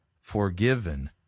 forgiven